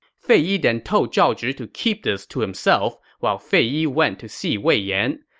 fei yi then told zhao zhi to keep this to himself, while fei yi went to see wei yan.